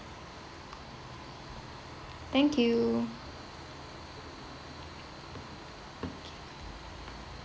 thank you